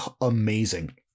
amazing